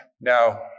Now